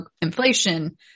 inflation